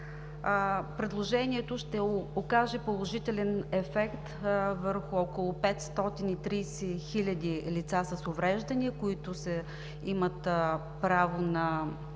Предложението ще окаже положителен ефект върху около 530 хиляди лица с увреждания, които имат право на